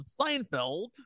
Seinfeld